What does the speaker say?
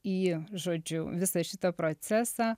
į žodžiu visą šitą procesą